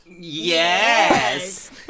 Yes